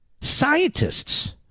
scientists